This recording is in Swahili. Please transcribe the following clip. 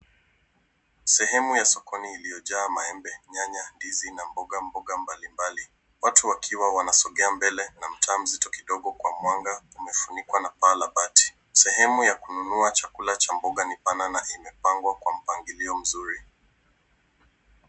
Sehemu ya sokoni iliyojaa maembe, nyanya, ndizi na mboga mboga mbalimbali, watu wakiwa wanasomgea mbele na mtaa mzito wa mwanga umefunikwa na paa la bati. Sehemu ya kununua chakula cha mboga ni pana na imepangwa kwa mpangilio mzuri.